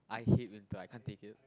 I hate winter I can't take it